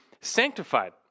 sanctified